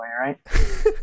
right